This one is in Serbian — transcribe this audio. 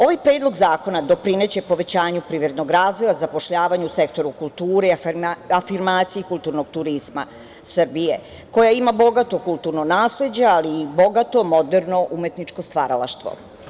Ovaj predlog zakona doprineće povećanju privrednog razvoja, zapošljavanju u sektoru kulture, afirmaciji kulturnog turizma Srbije koja ima bogato kulturno nasleđe, ali i bogato moderno umetničko stvaralaštvo.